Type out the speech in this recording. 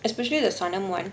especially the sanam [one]